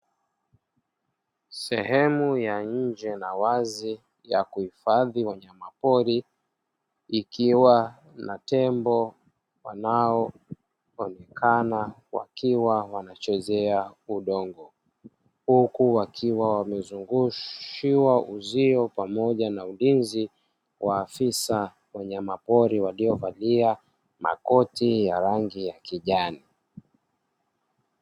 Sehemu ya nje na wazi ya kuhifadhi wanyamapori, ikiwa na tembo wanaoonekana wakiwa wanachezea udongo, huku wakiwa wamezungushiwa uzio pamoja na ulinzi wa afisa wanyamapori; waliovalia makoti ya rangi ya kijani.